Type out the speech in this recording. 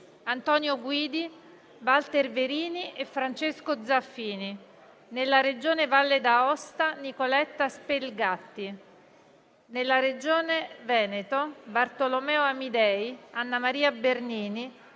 Antonio Guidi, Walter Verini e Francesco Zaffini; nella Regione Valle d'Aosta: Nicoletta Spelgatti; nella Regione Veneto: Bartolomeo Amidei, Anna Maria Bernini,